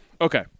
okay